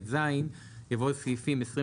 במקום סעיפים "22יג ו-22טז" יבוא "סעיפים 22ד(ב)(2),